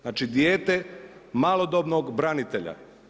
Znači dijete malodobno branitelja.